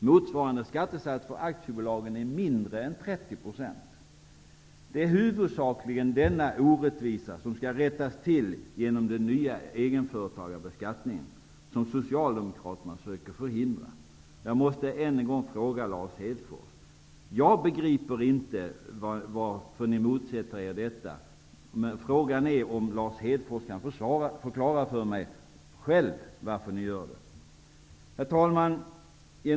Motsvarande skattesats för aktiebolagen är mindre än 30 %. Det är huvudsakligen denna orättvisa som skall rättas till genom den nya egenföretagarbeskattningen som Socialdemokraterna söker förhindra. Jag begriper inte varför ni motsätter er detta. Frågan är om Lars Hedfors själv kan förklara för mig varför ni gör det. Herr talman!